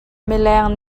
mileng